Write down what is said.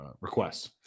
requests